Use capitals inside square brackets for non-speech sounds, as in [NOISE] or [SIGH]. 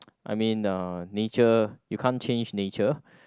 [NOISE] I mean uh nature you can't change nature